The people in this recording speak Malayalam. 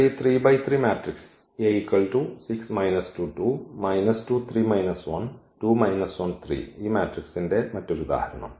ഇവിടെ ഈ 3 ബൈ 3 മാട്രിക്സ് ന്റെ മറ്റൊരു ഉദാഹരണം